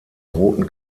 roten